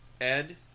Ed